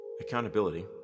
Accountability